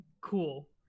Cool